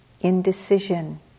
indecision